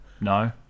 No